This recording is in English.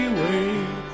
wait